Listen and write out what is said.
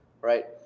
Right